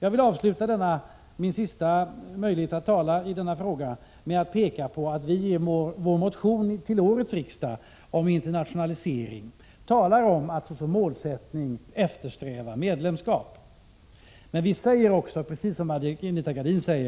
Jag vill avsluta denna min sista möjlighet att tala i denna fråga med att peka på att vi moderater i vår motion till årets riksdag om internationalisering talar om att som målsättning eftersträva medlemskap. Men vi säger också, precis som Anita Gradin, att Sverige